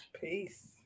Peace